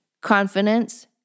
confidence